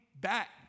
back